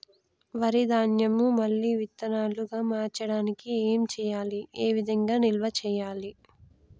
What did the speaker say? వరి ధాన్యము మళ్ళీ విత్తనాలు గా మార్చడానికి ఏం చేయాలి ఏ విధంగా నిల్వ చేయాలి?